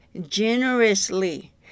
generously